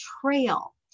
trail